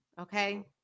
Okay